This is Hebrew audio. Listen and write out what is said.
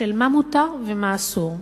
של מה מותר ומה אסור.